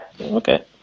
okay